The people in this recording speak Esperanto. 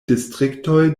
distriktoj